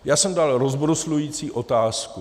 Já jsem dal rozbruslující otázku.